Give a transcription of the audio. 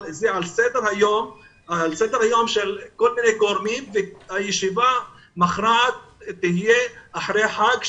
על סדר היום של כל מיני גורמים והישיבה המכרעת תהיה אחרי החג.